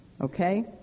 okay